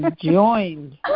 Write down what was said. joined